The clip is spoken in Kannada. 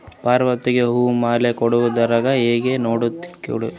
ಪಾತರಗಿತ್ತಿ ಹೂ ಮ್ಯಾಲ ಕೂಡಲಾರ್ದಂಗ ಹೇಂಗ ನೋಡಕೋತಿರಿ?